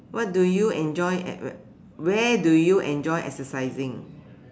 what do you enjoy at where where do you enjoy exercising